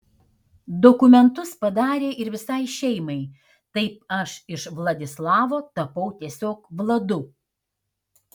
dokumentus padarė ir visai šeimai taip aš iš vladislavo tapau tiesiog vladu